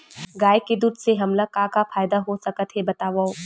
गाय के दूध से हमला का का फ़ायदा हो सकत हे बतावव?